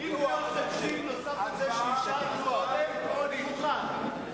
תקציב נוסף על זה שאישרנו קודם, אני,